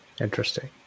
Interesting